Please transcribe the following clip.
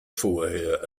vorher